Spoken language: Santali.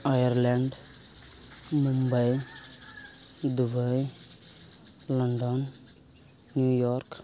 Ireland Mumbai Dubai London New York